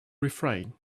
refrain